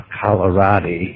Colorado